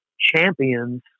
champions